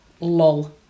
lol